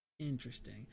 Interesting